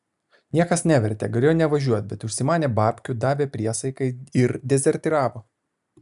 niekas nevertė galėjo nevažiuoti bet užsimanė babkių davė priesaiką ir dezertyravo